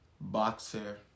boxer